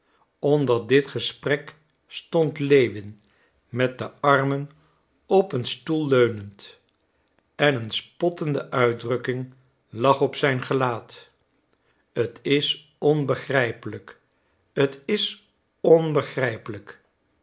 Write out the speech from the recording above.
onder dit gesprek stond lewin met de armen op een stoel geleund en een spottende uitdrukking lag op zijn gelaat t is onbegrijpelijk t is onbegrijpelijk